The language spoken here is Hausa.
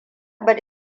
bar